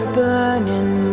burning